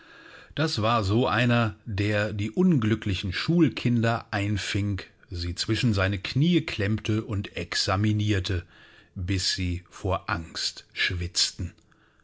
das war so einer der die unglücklichen schulkinder einfing sie zwischen seine kniee klemmte und examinierte bis sie vor angst schwitzten